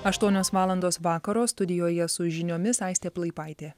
aštuonios valandos vakaro studijoje su žiniomis aistė plaipaitė